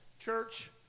church